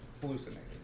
hallucinating